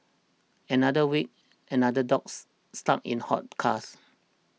another week another dogs stuck in hot cars